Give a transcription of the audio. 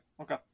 okay